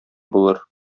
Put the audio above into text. булыр